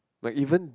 like even